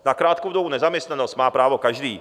Na krátkou dobu nezaměstnanosti má právo každý.